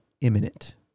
imminent